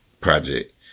project